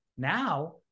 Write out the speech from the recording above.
Now